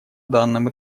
данном